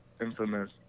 infamous